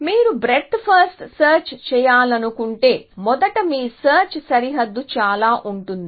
మీరు blind breadth first search చేయాలనుకుంటే మొదట మీ సెర్చ్ సరిహద్దు ఇలా ఉంటుంది